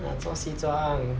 ya 做西装